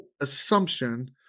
assumption